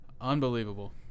Unbelievable